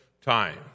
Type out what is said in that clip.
time